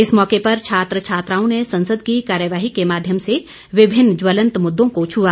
इस मौके पर छात्र छात्राओं ने संसद की कार्यवाही के माध्यम से विभिन्न ज्वलंत मुद्दों को छुआ